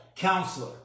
counselor